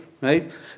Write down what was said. Right